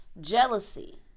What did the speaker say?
Jealousy